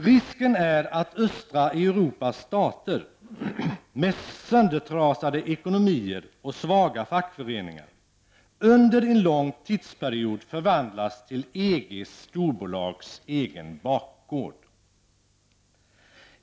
Risken är att östra Europas stater, med söndertrasade ekonomier och svaga fackföreningar, under en lång tidsperiod förvandlas till EGs storbolags egen bakgråd.